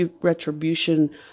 retribution